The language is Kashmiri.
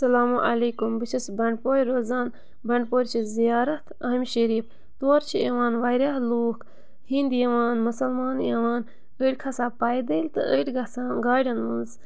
اَسَلامُ علیکُم بہٕ چھَس بَنٛڈپورِ روزان بَنٛڈپورِ چھِ زِیارت اَہم شریٖف تور چھِ یِوان واریاہ لوٗکھ ہِنٛدۍ یِوان مُسلمان یِوان أڑۍ کھَسان پیدٔلۍ تہٕ أڑۍ گژھان گاڑٮ۪ن منٛز